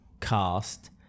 cast